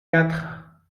quatre